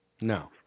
No